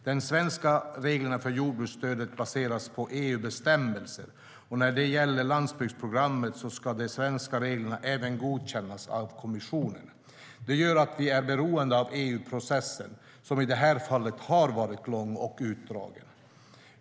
De svenska reglerna för jordbruksstöd baseras på EU-bestämmelser, och när det gäller landsbygdsprogrammet ska de svenska reglerna även godkännas av kommissionen. Det gör att vi är beroende av EU-processen, som i det här fallet har varit lång och utdragen.